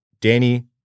Danny